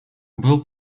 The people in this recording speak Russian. был